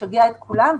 ולשגע את כולם.